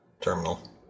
Terminal